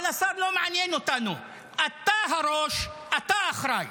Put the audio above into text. אבל השר לא מעניין אותנו אתה הראש, אתה אחראי.